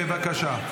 בבקשה.